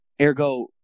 ergo